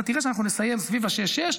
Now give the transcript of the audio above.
אתה תראה שאנחנו נסיים סביב ה-6.6%.